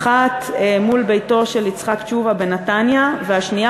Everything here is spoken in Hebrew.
האחת מול ביתו של יצחק תשובה בנתניה והשנייה